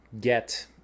get